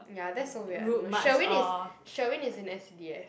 ya that's so weird I don't know Sherwin is Sherwin is in s_c_d_f